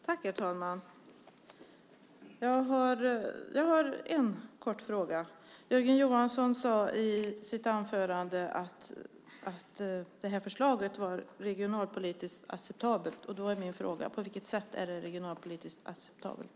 Herr talman! Jörgen Johansson sade i sitt anförande att förslaget var regionalpolitiskt acceptabelt. Därför är min fråga: På vilket sätt är det regionalpolitiskt acceptabelt?